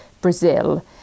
Brazil